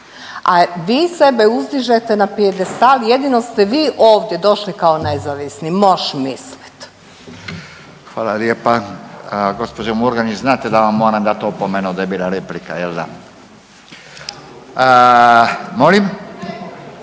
A vi sebe uzdižete na pijedestal jedino ste vi ovdje došli kao nezavisni, moš mislit. **Radin, Furio (Nezavisni)** Hvala lijepa. Gospođo Murganić znate da vam moram dati opomenu da je bila replika, jel da. Molim?